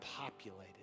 populated